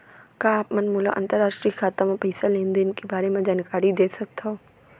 का आप मन मोला अंतरराष्ट्रीय खाता म पइसा लेन देन के बारे म जानकारी दे सकथव?